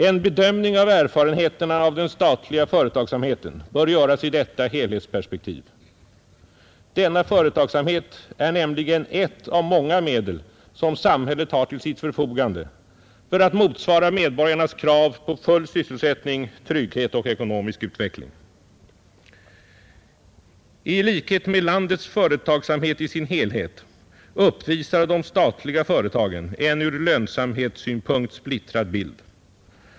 En bedömning av erfarenheterna av den statliga företagsamheten bör göras i detta helhetsperspektiv. Denna företagsamhet är nämligen ett av många medel som samhället har till sitt förfogande för att motsvara medborgarnas krav på full sysselsättning, trygghet och ekonomisk utveckling. I likhet med landets företagsamhet i sin helhet uppvisar de statliga företagen en ur lönsamhetssynpunkt splittrad bild.